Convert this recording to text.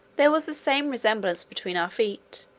there was the same resemblance between our feet,